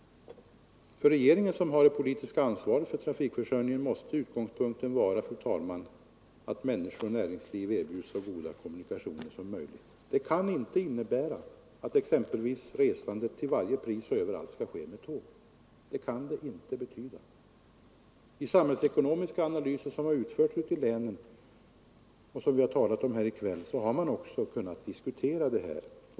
För regeringen, som har det politiska ansvaret för trafikförsörjningen, Nr 128 måste utgångspunkten vara att människor och näringsliv erbjuds så goda Tisdagen den kommunikationer som möjligt. Det kan inte innebära att exempelvis 26 november 1974 resandet till varje pris och överallt skall ske med tåg. I samhällseko I nomiska analyser som har utförts ute i länen, och som vi har talat om Ang. nedläggningen här i kväll, har man också kunnat diskutera detta.